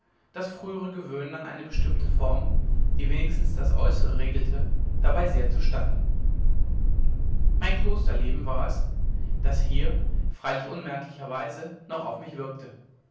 das frühere gewöhnen an eine bestimmte form die wenigstens das äußere regelt dabei sehr zustatten mein klosterleben war es das hier freilich unmerklicherweise noch auf mich wirkte